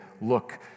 look